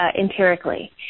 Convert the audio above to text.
empirically